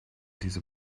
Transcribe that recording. diese